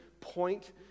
point